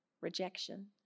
rejection